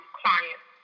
clients